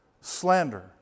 slander